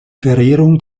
verehrung